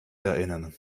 erinnern